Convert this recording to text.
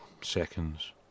seconds